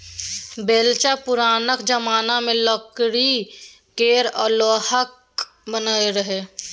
बेलचा पुरनका जमाना मे लकड़ी केर आ लोहाक बनय रहय